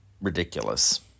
ridiculous